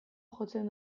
jotzen